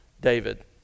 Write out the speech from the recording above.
David